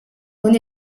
con